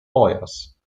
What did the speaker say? lawyers